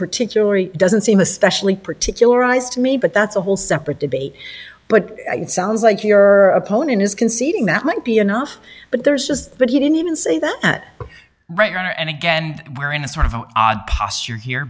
particularly doesn't seem especially particularized to me but that's a whole separate debate but it sounds like your opponent is conceding that might be enough but there's just but he didn't say that right now and again we're in a sort of odd posture here